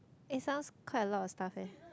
it sounds quite a lot of stuff eh